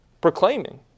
proclaiming